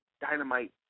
dynamite